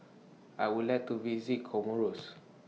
I Would like to visit Comoros